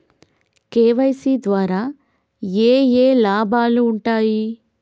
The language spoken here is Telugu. కే.వై.సీ ద్వారా ఏఏ లాభాలు ఉంటాయి?